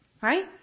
Right